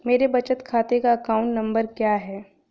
मेरे बचत खाते का अकाउंट नंबर क्या है?